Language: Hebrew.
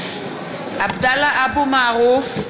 (קוראת בשמות חברי הכנסת) עבדאללה אבו מערוף,